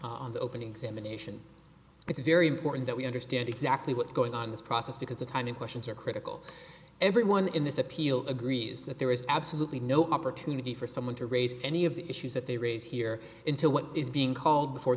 the openings in the nation it's very important that we understand exactly what's going on this process because the timing questions are critical everyone in this appeal agrees that there is absolutely no opportunity for someone to raise any of the issues that they raise here into what is being called before